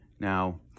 Now